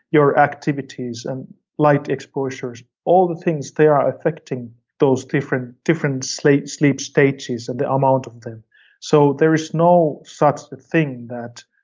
your activities and light exposures. all the things they are affecting those different different sleep sleep stages and the amount of them so there is no such thing that,